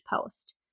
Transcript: post